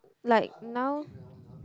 like now